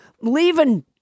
leaving